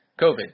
COVID